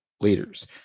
leaders